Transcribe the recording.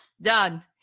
done